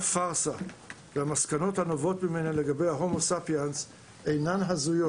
פארסה והמסקנות הנובעות ממנה לגבי ההומו ספיאנס אינן הזויות.